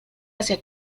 hacia